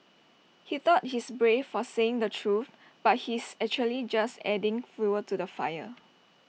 he thought he's brave for saying the truth but he's actually just adding fuel to the fire